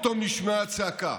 פתאום נשמעה צעקה,